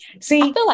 See